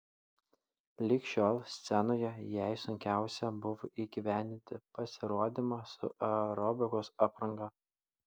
lig šiol scenoje jai sunkiausia buvo įgyvendinti pasirodymą su aerobikos apranga